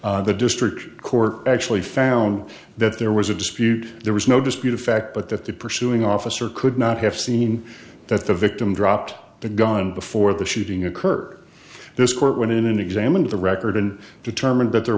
the district court actually found that there was a dispute there was no dispute effect but that the pursuing officer could not have seen that the victim dropped the gun before the shooting occurred this court went in and examined the record and determined that there